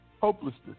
hopelessness